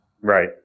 Right